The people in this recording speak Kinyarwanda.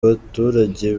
baturage